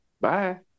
Bye